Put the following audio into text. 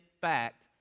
fact